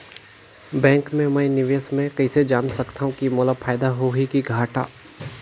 Bank मे मैं निवेश मे कइसे जान सकथव कि मोला फायदा होही कि घाटा?